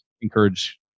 encourage